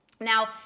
Now